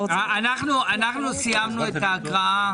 אנחנו סיימנו את ההקראה.